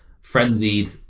frenzied